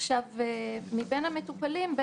מבין המטופלים,